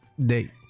date